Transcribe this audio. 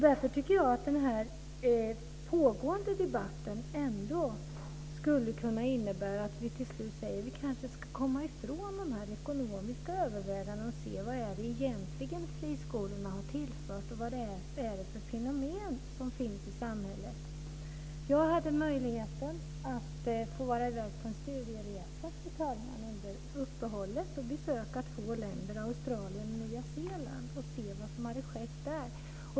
Därför tycker jag att den här pågående debatten ändå skulle kunna innebära att vi till slut säger att vi kanske ska komma ifrån de här ekonomiska övervägandena och se vad friskolorna egentligen har tillfört och vad det är för fenomen som finns i samhället. Jag hade möjligheten att få åka i väg på en studieresa, fru talman, under uppehållet och besöka två länder, Australien och Nya Zeeland, och se vad som hade skett där.